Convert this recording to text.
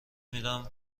میدمهر